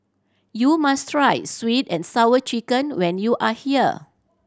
you must try Sweet And Sour Chicken when you are here